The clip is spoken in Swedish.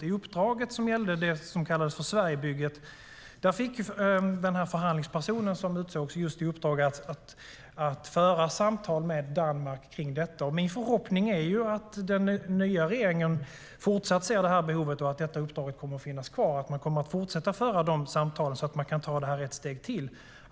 I det uppdrag som gällde och som kallades för Sverigebygget fick den förhandlingsperson som utsågs i uppdrag att föra samtal med Danmark om detta. Min förhoppning är att den nya regeringen fortsatt ser behovet och att uppdraget kommer att finnas kvar. Jag hoppas att man kommer att fortsätta föra samtalen så att man kan ta detta ett steg till.